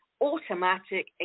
automatic